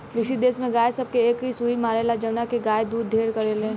विकसित देश में गाय सब के एक सुई मारेला जवना से गाय दूध ढेर करले